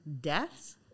deaths